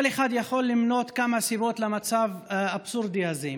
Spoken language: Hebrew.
כל אחד יכול למנות כמה סיבות למצב האבסורדי הזה.